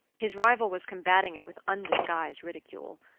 his rival was combating it with undisguised ridicule,